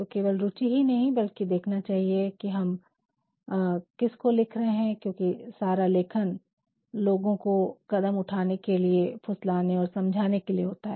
तो केवल रूचि ही नहीं बल्कि देखना चाहिए कि हम किसको लिख रहे है क्योकि सारा लेखन लोगो को कदम उठाने के लिए फुसलाने और समझाने के लिए होता है